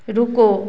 रुको